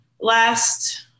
last